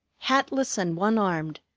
hatless and one-armed,